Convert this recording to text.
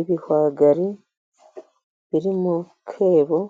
Ibihwagari biri mu kebo .